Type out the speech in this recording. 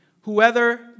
whoever